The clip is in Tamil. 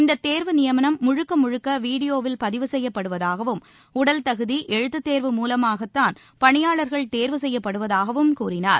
இந்தத் தேர்வு நியமனம் முழுக்க முழுக்க வீடியோவில் பதிவு செய்யப்படுவதாகவும் உடல் தகுதி எழுத்துத்தேர்வு மூலமாகத்தான் பணியாளர்கள் தேர்வு செய்யப்படுவதாகவும் கூறினார்